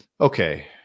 Okay